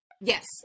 Yes